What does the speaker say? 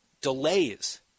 delays